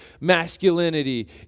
masculinity